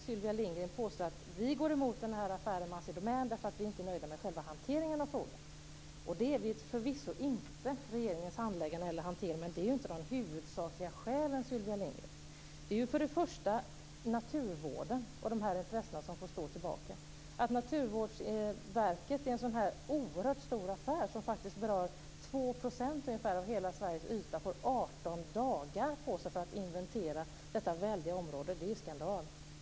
Sylvia Lindgren påstår att vi går mot affären med Assi Domän därför att vi inte är nöjda med själva hanteringen av frågan. Det är man förvisso inte med regeringens handläggande eller hantering. Men det är inte de huvudsakliga skälen, Sylvia Lindgren. Det första skälet är naturvårdens intressen, som får stå tillbaka. Att Naturvårdsverket i en så här stor affär som berör 2 % av hela Sveriges yta får 18 dagar på sig för att inventera detta väldiga område är en skandal.